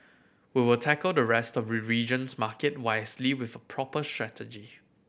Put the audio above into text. we will tackle the rest the region's market wisely with a proper strategy